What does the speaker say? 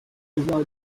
uzajya